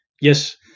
yes